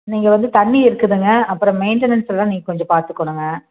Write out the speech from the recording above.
நீங்கள் வந்து தண்ணீ இருக்குதுங்க அப்புறோம் மெயின்டனன்ஸெல்லாம் நீங்கள் கொஞ்சம் பார்த்துக்கணுங்க